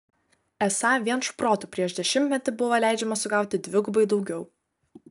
esą vien šprotų prieš dešimtmetį buvo leidžiama sugauti dvigubai daugiau